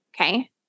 okay